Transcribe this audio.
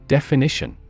Definition